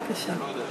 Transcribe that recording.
בבקשה.